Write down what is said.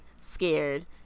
scared